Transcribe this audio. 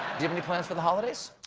have any plans for the holiday?